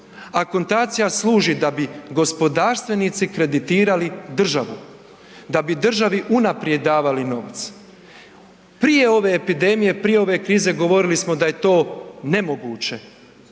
akontacija služi da bi gospodarstvenici kreditirali državu, da bi državi unaprijed davali novac. Prije ove epidemije, prije ove krize govorili smo da je to nemoguće,